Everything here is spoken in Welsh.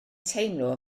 teimlo